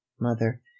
mother